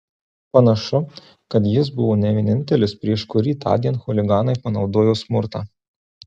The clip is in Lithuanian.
panašu kad jis buvo ne vienintelis prieš kurį tądien chuliganai panaudojo smurtą